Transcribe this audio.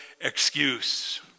excuse